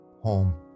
home